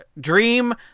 dream